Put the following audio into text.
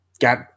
got